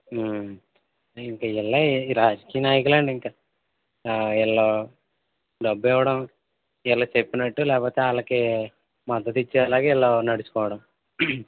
ఇంకా వీళ్ళే ఈ రాజకీయ నాయకులే అండి ఇంకా ఆ వీళ్ళు డబ్బు ఇవ్వడం వీళ్ళకి చెప్పినట్టు లేకపోతే ఆళ్ళకి మత పిచోళ్ల లాగా వీళ్ళు నడుచుకోవడం